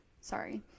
Sorry